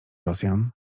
rosjan